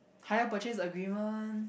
higher purchase agreement